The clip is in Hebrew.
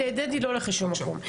דדי לא הולך לשום מקום.